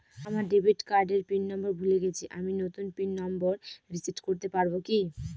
আমার ডেবিট কার্ডের pin number ভুলে গেছি আমি নূতন পিন নম্বর রিসেট করতে পারবো কি?